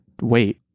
wait